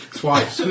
twice